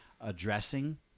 addressing